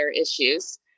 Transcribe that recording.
issues